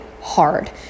hard